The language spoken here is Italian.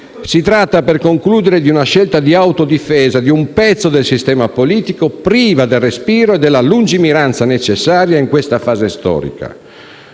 Si tratta, per concludere, di una scelta di autodifesa di un pezzo del sistema politico, priva del respiro e della lungimiranza necessaria in questa fase storica.